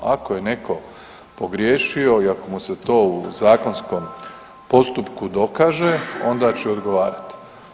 Ako je netko pogriješio i ako mu se to u zakonskom postupku dokaže onda će odgovarati.